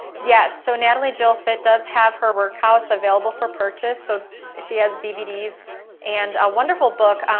yes, so natalie jill fit does have her workouts available for purchase. so she has dvds and a wonderful book.